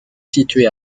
situé